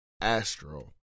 Astro